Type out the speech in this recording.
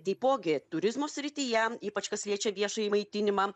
taipogi turizmo srityje ypač kas liečia viešąjį maitinimą